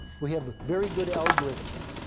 we have very good algorithms.